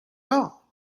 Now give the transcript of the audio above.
all